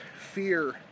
fear